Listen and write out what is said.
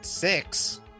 Six